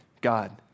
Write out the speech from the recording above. God